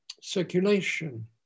circulation